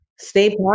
stay